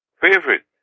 Favorite